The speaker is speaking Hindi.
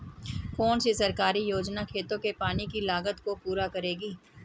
कौन सी सरकारी योजना खेतों के पानी की लागत को पूरा करेगी?